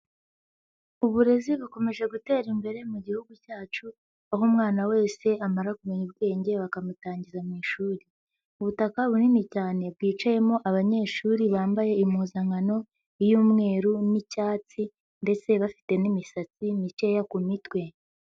Uburezi bukomeje gutera imbere mu gihugu cyacu aho umwana wese amara kumenya ubwenge bakamutangiza mu ishuri, ubutaka bunini cyane bwicayemo abanyeshuri yambaye impuzankano y'umweru n'icyatsi ndetse bafite n'imisatsi mikeya ku mitwe.